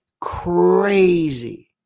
Crazy